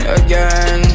again